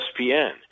ESPN